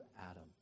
Adam